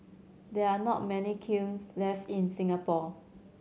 there are not many kilns left in Singapore